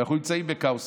ואנחנו נמצאים בכאוס,